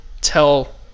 tell